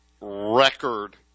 Record